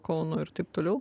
kaunui ir taip toliau